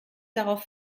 darauf